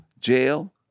jail